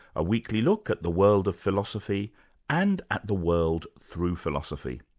a weekly look at the world of philosophy and at the world through philosophy.